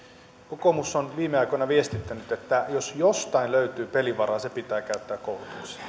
kokoomus on viime aikoina viestittänyt että jos jostain löytyy pelivaraa se pitää käyttää koulutukseen